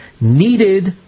needed